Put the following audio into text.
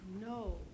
no